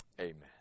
Amen